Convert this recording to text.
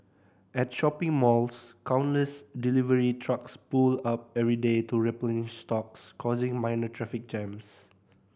at shopping malls countless delivery trucks pull up every day to replenish stocks causing minor traffic jams